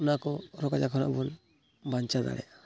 ᱚᱱᱟ ᱠᱚ ᱨᱳᱜᱽ ᱟᱡᱟᱨ ᱠᱷᱚᱱᱟᱜ ᱵᱚᱱ ᱵᱟᱧᱪᱟᱣ ᱫᱟᱲᱮᱭᱟᱜᱼᱟ